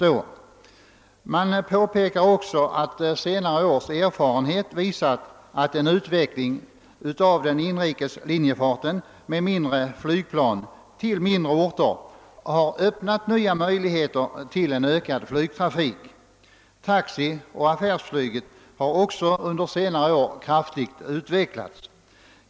Luftfartsverket framhåller även att senare års verksamhet visar att en utveckling av den inrikes linjefarten med mindre flygplan till mindre orter har öppnat nya möjligheter till ökad flygplanstrafik. Taxioch affärsflyget har också under senare år kraftigt utvecklats.